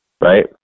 Right